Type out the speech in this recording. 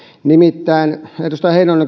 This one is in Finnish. nimittäin edustaja heinonen